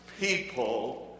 people